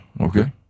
okay